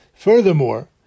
Furthermore